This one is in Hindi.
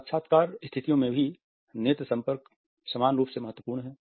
साक्षात्कार स्थितियों में भी नेत्र संपर्क समान रूप से महत्वपूर्ण है